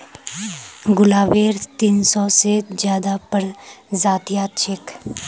गुलाबेर तीन सौ से ज्यादा प्रजातियां छेक